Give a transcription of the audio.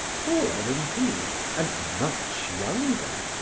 taller than he and much younger,